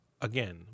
again